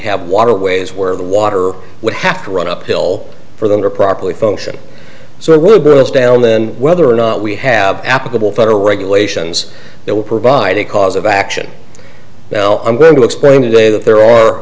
have waterways where the water would have to run uphill for them to properly function so it would be less down than whether or not we have applicable federal regulations that will provide a cause of action now i'm going to explain today that there are